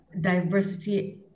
diversity